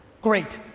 great.